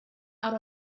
out